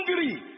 angry